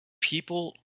people